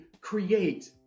create